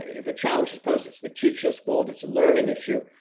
if a challenge is posed, it's the teacher's fault, it's a learning issue.